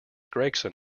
gregson